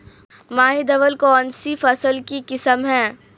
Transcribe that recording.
माही धवल कौनसी फसल की किस्म है?